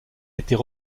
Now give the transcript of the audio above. était